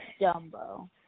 Dumbo